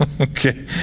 Okay